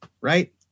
Right